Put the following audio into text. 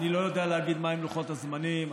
איני יודע להגיד מהם לוחות הזמנים.